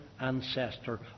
ancestor